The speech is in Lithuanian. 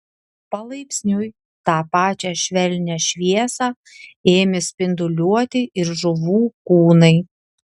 palaipsniui tą pačią švelnią šviesą ėmė spinduliuoti ir žuvų kūnai